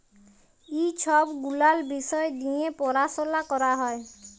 ই ছব গুলাল বিষয় দিঁয়ে পরাশলা ক্যরা হ্যয়